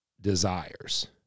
desires